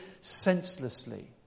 senselessly